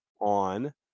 on